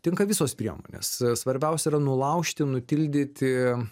tinka visos priemonės svarbiausia yra nulaužti nutildyti